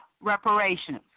reparations